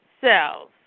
cells